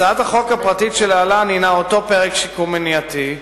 הצעת החוק הפרטית שלהלן היא אותו פרק שיקום מניעתי,